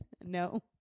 no